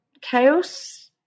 chaos